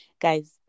guys